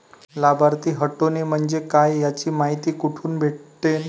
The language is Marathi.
लाभार्थी हटोने म्हंजे काय याची मायती कुठी भेटन?